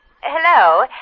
Hello